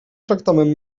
tractament